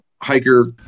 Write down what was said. hiker